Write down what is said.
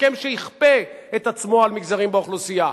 הסכם שיכפה את עצמו על מגזרים באוכלוסייה,